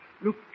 look